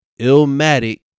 illmatic